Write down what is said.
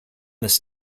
this